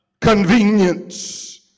convenience